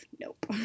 nope